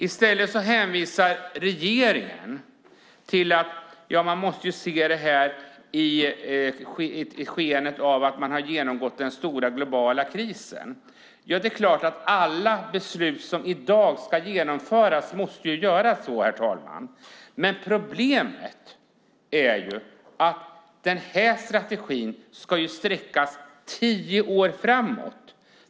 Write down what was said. I stället hänvisar regeringen till att det måste ses i skenet av att man har genomgått den stora globala krisen. Ja, det är klart att det måste gälla alla beslut som i dag ska genomföras, herr talman. Men problemet är att den här strategin ska sträcka sig tio år framåt.